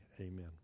amen